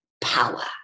power